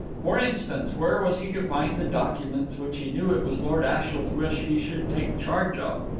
for instance, where was he to find the documents which he knew it was lord ashiel's wish he should take charge of.